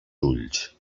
ulls